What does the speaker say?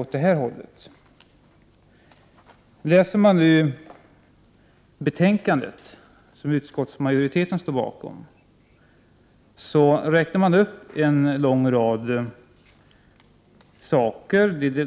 I det betänkande som utskottsmajoriteten står bakom räknas upp en lång rad